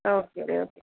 okay ರೀ okay